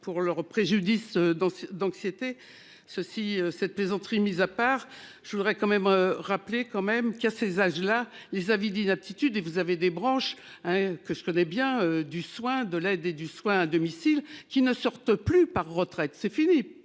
pour leur préjudice dans d'anxiété ceci cette plaisanterie mise à part, je voudrais quand même rappeler quand même qu'à ces âges-là ils avaient dit. Si tu dis vous avez des branches. Que se connaît bien du soin de l'aide et du soin à domicile qui ne sortent plus par retraite c'est fini